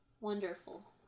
Wonderful